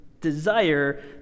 desire